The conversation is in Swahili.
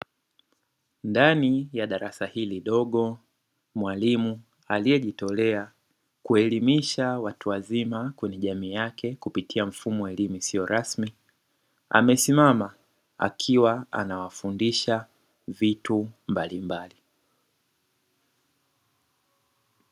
Ndani ya darasa hili dogo mwalimu aliyejitolea kuelimisha watu wazima kwenye jamii yake kupitia mfumo isiyo rasmi, amesimama akiwa anawafundisha vitu mbalimbali.